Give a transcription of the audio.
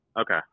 Okay